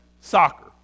soccer